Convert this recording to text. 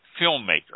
filmmaker